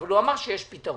אבל הוא אמר שיש פתרון.